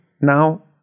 now